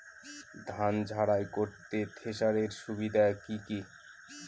ধান ঝারাই করতে থেসারের সুবিধা কি কি?